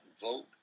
vote